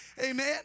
Amen